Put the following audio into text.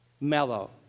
Mellow